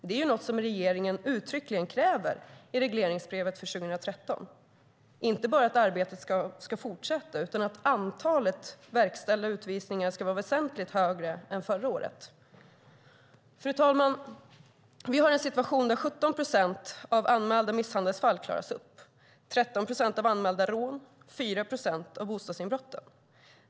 Det är något som regeringen uttryckligen kräver i regleringsbrevet för 2013. Det handlar inte bara om att arbetet ska fortsätta, utan antalet verkställda utvisningar ska vara väsentligt högre än förra året. Fru talman! Vi har en situation där 17 procent av anmälda misshandelsfall klaras upp, 13 procent av anmälda rån och 4 procent av bostadsinbrotten.